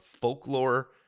folklore